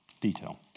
detail